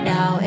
Now